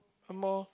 a more